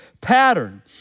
pattern